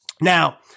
Now